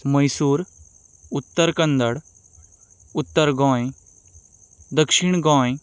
मैसूर उत्तर कन्नड उत्तर गोंय दक्षीण गोंय